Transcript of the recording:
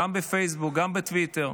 גם בפייסבוק, גם בטוויטר.